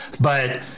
but-